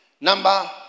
Number